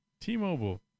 T-Mobile